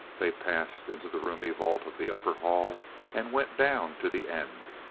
they passed into the roomy vault of the upper hall and went down to the end.